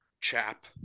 chap